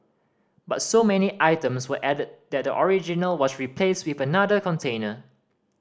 but so many items were added that the original was replaced with another container